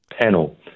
panel